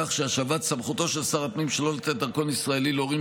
כך שהשבת סמכותו של שר הפנים שלא לתת דרכון ישראלי להורים